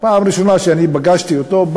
בפעם הראשונה שאני פגשתי אותו,